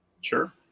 Sure